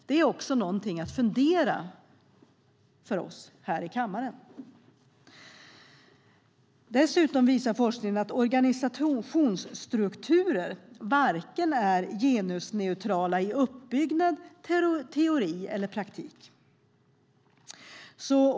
Det är också någonting att fundera på för oss här i kammaren. Dessutom visar forskningen att organisationsstrukturer varken är genusneutrala i uppbyggnad, teori eller praktik.